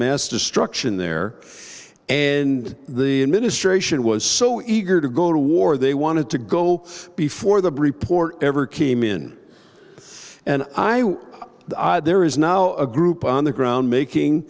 mass destruction there and the administration was so eager to go to war they wanted to go before the bri poor ever came in and i there is now a group on the ground making